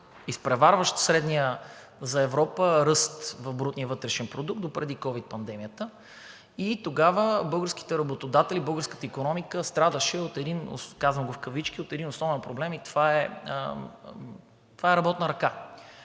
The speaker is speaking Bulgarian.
изпреварващ средния за Европа ръст в брутния вътрешен продукт допреди ковид пандемията, и тогава българските работодатели, българската икономика страдаше от един – казвам го в кавички – основен проблем и това е работната ръка.